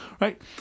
right